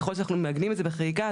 ככל שאנחנו מעגנים את זה בחקיקה,